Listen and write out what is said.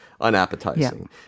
unappetizing